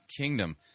Kingdom